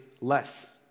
less